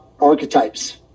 archetypes